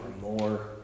more